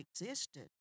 existed